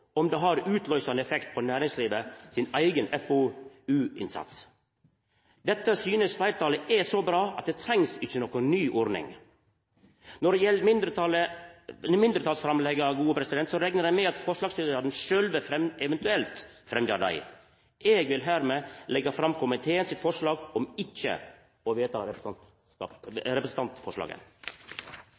om det har utløysande effekt på næringslivet sin eigen FoU-innsats. Dette synest fleirtalet er så bra at det trengst ikkje noka ny ordning. Når det gjeld mindretalsframlegga, reknar eg med at forslagsstillarane sjølve eventuelt fremjar dei. Eg vil hermed tilrå innstillinga frå komiteen, om ikkje å vedta representantforslaget.